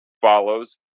follows